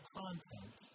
content